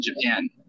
Japan